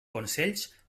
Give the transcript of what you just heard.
consells